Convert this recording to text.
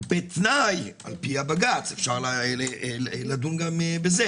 בתנאי - לפי הבג"ץ אפשר לדון גם בזה